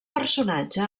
personatge